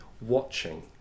watching